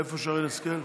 איפה שרן השכל?